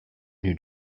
new